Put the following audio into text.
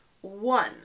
one